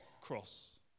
cross